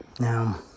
Now